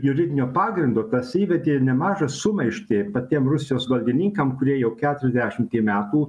juridinio pagrindo kas įvedė nemažą sumaištį patiem rusijos valdininkam kurie jau keturiasdešimtį metų